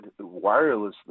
wirelessly